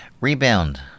rebound